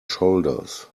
shoulders